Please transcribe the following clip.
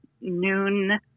noon